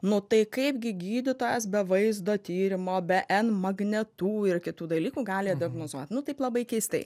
nu tai kaip gi gydytojas be vaizdo tyrimo be en magnetų ir kitų dalykų gali diagnozuot nu taip labai keistai